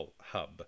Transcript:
hub